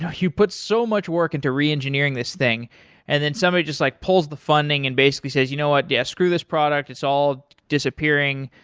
you put so much work into re engineering this thing and then somebody just like pulls the funding and basically says, you know what? yeah screw this product. it's all disappearing.